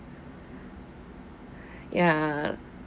ya